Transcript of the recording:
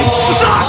Suck